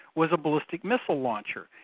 was a ballistic missile launcher,